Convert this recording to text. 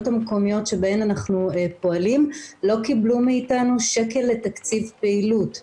המקומיות שבהן אנחנו פועלים לא קיבלו מאיתנו שקל לתקציב פעילות.